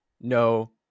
no